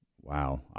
wow